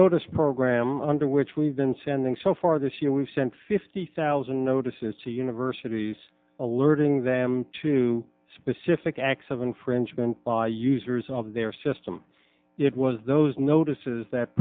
notice program under which we've been sending so far this year we've sent fifty thousand notices to universities alerting them to specific acts of infringement by users of their system it was those notices that